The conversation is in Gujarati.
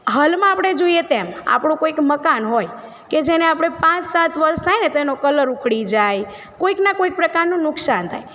હાલમાં આપણે જોઈએ તેમ આપણું કોઈક મકાન હોય કે જેને આપણે પાંચ સાત વર્ષ થાયને તો એનો કલર ઊખડી જે કોઈકના કોઈક પ્રકારનું નુકસાન થાય